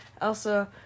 Elsa